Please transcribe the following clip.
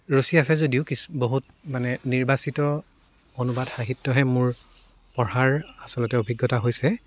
ৰুচি আছে যদিও কিছ বহুত মানে নিৰ্বাচিত অনুবাদ সাহিত্যহে মোৰ পঢ়াৰ আচলতে অভিজ্ঞতা হৈছে